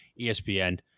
ESPN